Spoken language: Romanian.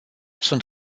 sunt